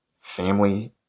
family